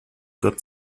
gott